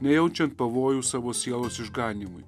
nejaučiant pavojų savo sielos išganymui